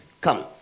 Come